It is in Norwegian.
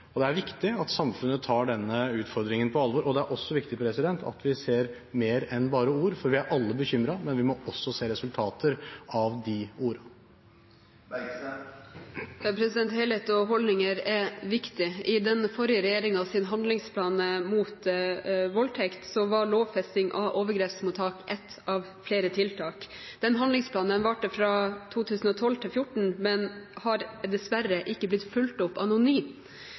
Det er viktig at samfunnet tar denne utfordringen på alvor. Det er også viktig at vi ser mer enn bare ord. Vi er alle bekymret, og vi må se resultater av de ordene. Helhet og holdninger er viktig. I den forrige regjeringens handlingsplan mot voldtekt var lovfesting av overgrepsmottak ett av flere tiltak. Den handlingsplanen varte fra 2012 til 2014, men har dessverre ikke blitt fulgt opp